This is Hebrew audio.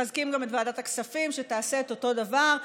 מחזקים גם את ועדת הכספים שתעשה את אותו דבר.